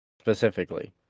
specifically